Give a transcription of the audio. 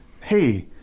hey